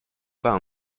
pas